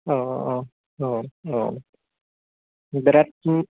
औ औ औ औ औ बिरात मो